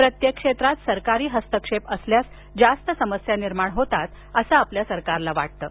प्रत्येक क्षेत्रात सरकारी हस्तक्षेप असल्यास जास्त समस्या निर्माण होतात असं आपल्या सरकारला वाटतं